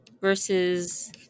versus